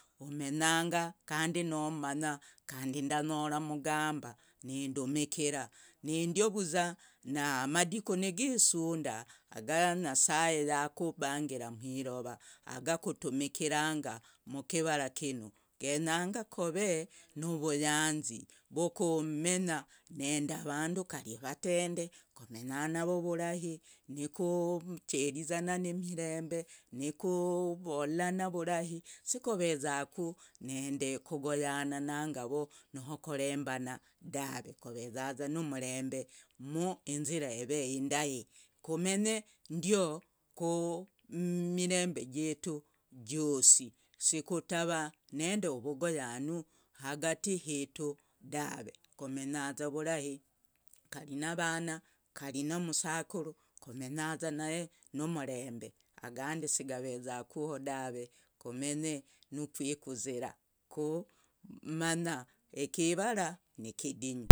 Omenyanga kandinumanga kandi ndanyora mgamba nindumikira nindiovuza namadiku nisunda aganyasaye yakubangira mwirova agakutumikira mkiraa kinu, ganyenyanga kove nuvuyanzi vuuokomenya nindi avandu kari avatende komenya navo vurahi nikucherizana imirembe nikuvolana vulahj sikovezaku nindi kugoyana nangavo nokorembana dave kovezaza mumrembr ninzira eve indahi komenyendio kumirembe jitu iyosi sikutava nindi ovoguyanzu hagati hitu dave komenyaza vurahi kari navana kari musakuri komenyaza naye numrembe agandi sigavezakuhodare komenye nukwikazira kumanya ikiva nikidinyu misavuni yeneyo yakatueiza kari imbireyo kumakono onyora kari mos namaguta kumakono kari isavuni yakaturizaku kiwisavuni evenovokonyi karindudisa kuri maguta gitaya.